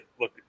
look